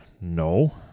no